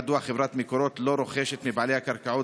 מדוע חברת מקורות לא רוכשת מבעלי הקרקעות